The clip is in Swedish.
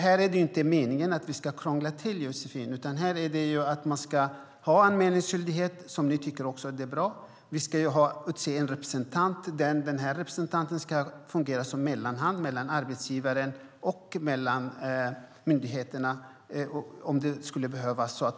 Här är det inte meningen att vi ska krångla till det, Josefin, utan vi ska ha anmälningsskyldighet, vilket även ni tycker är bra, samt utse en representant som ska fungera som mellanhand mellan arbetsgivare och myndigheter om det skulle behövas.